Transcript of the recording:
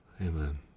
Amen